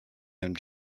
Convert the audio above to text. him